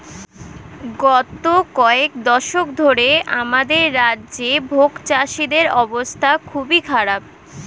গত কয়েক দশক ধরে আমাদের রাজ্যে ভাগচাষীদের অবস্থা খুবই খারাপ